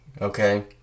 okay